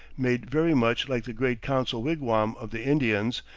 made very much like the great council wigwam of the indians,